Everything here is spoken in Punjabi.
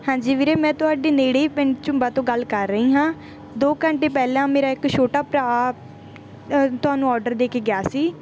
ਹਾਂਜੀ ਵੀਰੇ ਮੈਂ ਤੁਹਾਡੇ ਨੇੜੇ ਹੀ ਪਿੰਡ ਝੁੰਬਾ ਤੋਂ ਗੱਲ ਕਰ ਰਹੀ ਹਾਂ ਦੋ ਘੰਟੇ ਪਹਿਲਾਂ ਮੇਰਾ ਇੱਕ ਛੋਟਾ ਭਰਾ ਤੁਹਾਨੂੰ ਅੋਡਰ ਦੇ ਕੇ ਗਿਆ ਸੀ